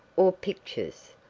or pictures?